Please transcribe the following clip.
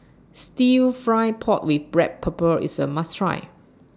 Stir Fried Pork with Black Pepper IS A must Try